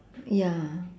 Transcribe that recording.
ya